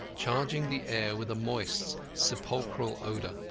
charging the air with a moist sepulchral odour.